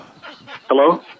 Hello